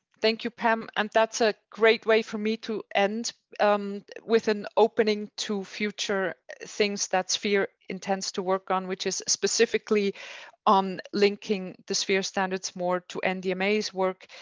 thank you, pam. and that's a great way for me to end with an opening to future things that sphere intends to work on, which is specifically on linking the sphere standards more to end the um amma's work.